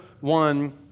one